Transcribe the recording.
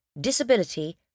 disability